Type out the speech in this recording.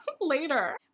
later